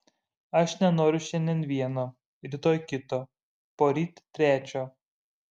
aš nenoriu šiandien vieno rytoj kito poryt trečio